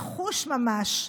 לחוש ממש,